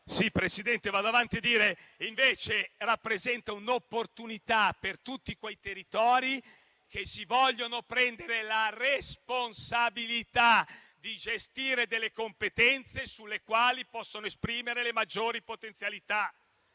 Sì, Presidente, vado avanti nel dire che invece rappresenta un'opportunità per tutti quei territori che si vogliono prendere la responsabilità di gestire competenze nelle quali possono esprimere maggiori potenzialità.